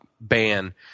ban